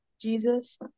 Jesus